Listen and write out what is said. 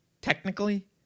technically